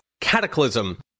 cataclysm